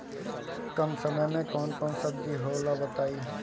कम समय में कौन कौन सब्जी होला बताई?